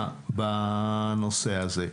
בנושא הזה.